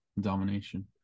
domination